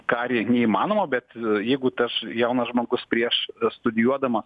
karį neįmanoma bet jeigu tas jaunas žmogus prieš studijuodamas